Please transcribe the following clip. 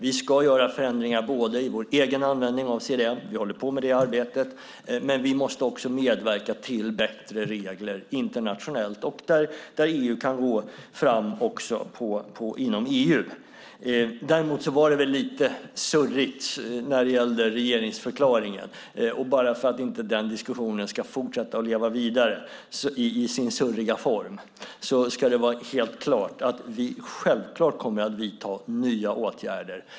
Vi ska göra förändringar i vår egen användning av CDM - vi håller på med detta arbete - men vi måste också medverka till bättre regler internationellt och där EU kan gå fram också inom EU. Däremot var det lite surrigt när det gällde regeringsförklaringen. Bara för att den diskussionen inte ska leva vidare i sin surriga form ska det vara helt klart att vi självklart kommer att vidta nya åtgärder.